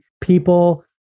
people